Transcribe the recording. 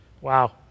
Wow